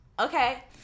Okay